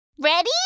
Ready